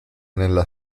nella